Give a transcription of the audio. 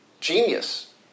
genius